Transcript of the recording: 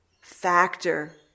factor